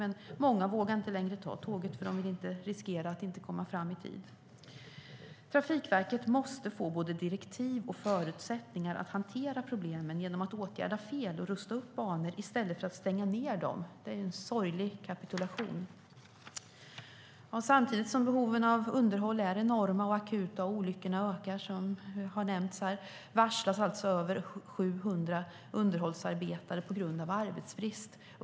Men många vågar inte längre ta tåget eftersom de inte vill riskera att inte komma fram i tid. Trafikverket måste få både direktiv och förutsättningar att hantera problemen genom att åtgärda fel och rusta upp banor i stället för att stänga ned dem. Det är ju en sorglig kapitulation. Samtidigt som behoven av underhåll är enorma och akuta och olyckorna ökar, som har nämnts här, varslas alltså över 700 underhållsarbetare på grund av arbetsbrist.